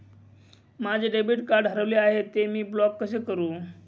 माझे debit card हरविले आहे, ते मी ब्लॉक कसे करु?